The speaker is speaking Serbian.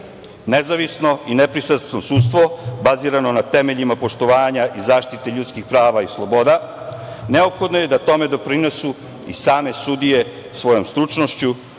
nezavisno i nepristrasno sudstvo bazirano na temeljima poštovanja i zaštite ljudskih prava i sloboda, neophodno je da tome doprinesu i same sudije svojom stručnošću,